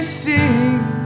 sing